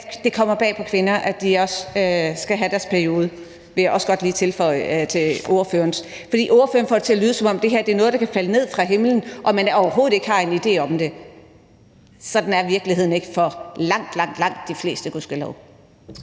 det kommer bag på kvinder, at de skal have deres periode. Det vil jeg også godt tilføje over for ordføreren. Ordføreren får det til at lyde, som om det er noget, der kan falde ned fra himlen, og at man overhovedet ikke har en idé om det. Sådan er virkeligheden ikke for langt, langt de fleste. Og gudskelov